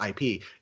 IP